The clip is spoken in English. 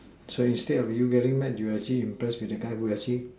so instead of you getting mad you actually impressed with the guy who actually